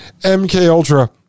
MKUltra